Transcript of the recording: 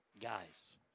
Guys